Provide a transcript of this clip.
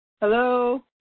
Hello